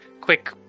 quick